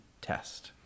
test